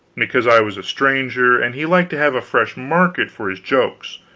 because i was a stranger and he liked to have a fresh market for his jokes,